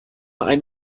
ein